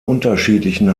unterschiedlichen